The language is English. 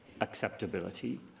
acceptability